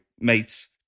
mates